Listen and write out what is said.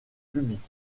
public